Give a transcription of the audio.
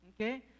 Okay